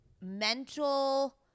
mental